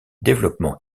développement